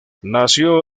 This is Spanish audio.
nació